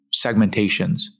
segmentations